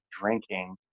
drinking